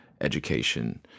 education